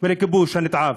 ולכיבוש הנתעב.